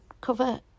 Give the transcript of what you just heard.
cover